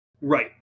Right